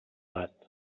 gat